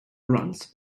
runs